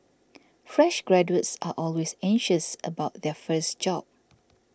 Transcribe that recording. fresh graduates are always anxious about their first job